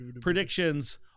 predictions